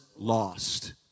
lost